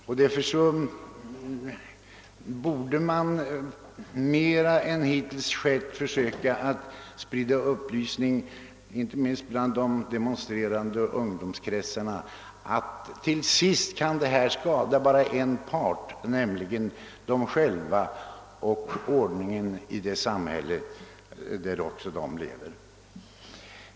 i ed Därför borde man mer än som hittills skett sprida upplysning inte minst bland de demonstrerande ungdomskretsarna om att det som sker till sist bara kan skada en part, nämligen dem själva, och ordningen i det samhälle där demonstranterna lever.